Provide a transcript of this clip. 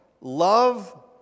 Love